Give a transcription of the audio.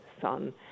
son